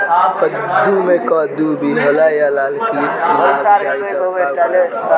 कद्दू मे कद्दू विहल या लाल कीट लग जाइ त का उपाय बा?